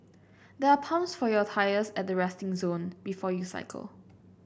there are pumps for your tyres at the resting zone before you cycle